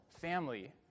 family